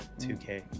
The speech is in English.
2K